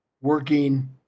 working